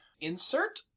insert